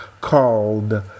Called